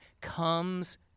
comes